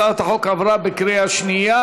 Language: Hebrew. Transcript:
הצעת החוק עברה בקריאה שנייה.